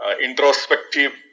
introspective